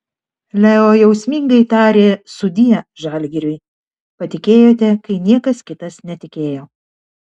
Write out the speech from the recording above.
leo jausmingai tarė sudie žalgiriui patikėjote kai niekas kitas netikėjo